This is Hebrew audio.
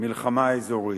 מלחמה אזורית.